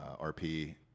RP